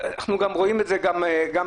אנחנו גם רואים את זה עכשיו,